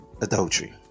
adultery